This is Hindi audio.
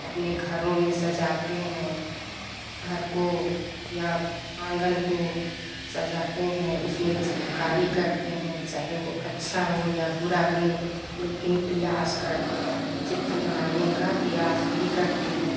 अपने घरों में सजाते हैं घर को या आँगन को सजाते हैं उसमें चित्रकारी करते हैं चाहे वह अच्छा हो या बुरा बने लेकिन प्रयास करते हैं चित्र बनाने का प्रयास भी करते हैं